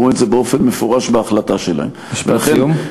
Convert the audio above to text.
אמרו את זה באופן מפורש בהחלטה שלהם, משפט סיום.